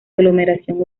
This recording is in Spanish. aglomeración